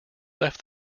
left